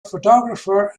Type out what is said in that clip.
photographer